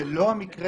זה לא המקרה.